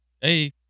Hey